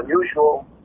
unusual